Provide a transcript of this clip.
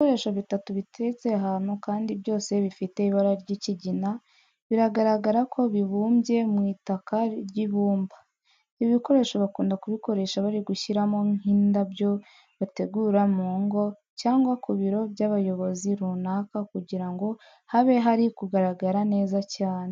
Ibikoresho bitatu biteretse ahantu kandi byose bifite ibara ry'ikigina, biragaragara ko bibumbye mu itaka ry'ibumba. Ibi bikoresho bakunda kubikoresha bari gushyiramo nk'indabyo bategura mu ngo cyangwa ku biro by'abayobozi runaka kugira ngo habe hari kugaragara neza cyane.